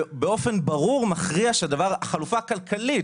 באופן ברור הוא מכריע שהחלופה הכלכלית,